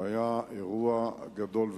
והיה אירוע גדול ויפה.